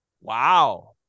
wow